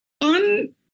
on